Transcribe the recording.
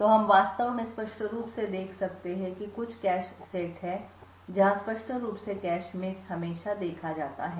तो हम वास्तव में स्पष्ट रूप से देख सकते हैं कि कुछ कैश सेट हैं जहां स्पष्ट रूप से कैश मिस हमेशा देखा जाता है